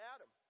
Adam